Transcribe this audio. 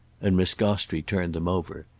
and miss gostrey turned them over.